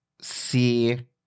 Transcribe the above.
see